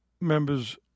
members